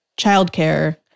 childcare